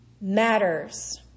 matters